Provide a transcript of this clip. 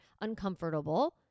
uncomfortable